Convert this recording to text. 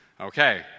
Okay